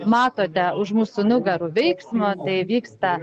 matote už mūsų nugarų veiksmą tai vyksta